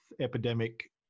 Epidemic